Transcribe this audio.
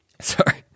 sorry